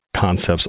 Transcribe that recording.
concepts